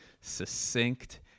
succinct